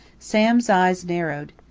sam's eyes narrowed.